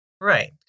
Right